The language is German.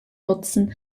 nutzen